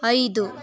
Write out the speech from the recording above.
ಐದು